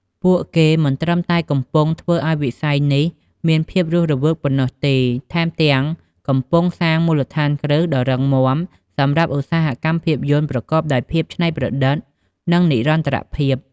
ពួកគេមិនត្រឹមតែកំពុងធ្វើឱ្យវិស័យនេះមានភាពរស់រវើកប៉ុណ្ណោះទេ ថែមទាំងកំពុងកសាងមូលដ្ឋានគ្រឹះដ៏រឹងមាំសម្រាប់ឧស្សាហកម្មភាពយន្តប្រកបដោយភាពច្នៃប្រឌិត និងនិរន្តរភាព។